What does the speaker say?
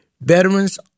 veterans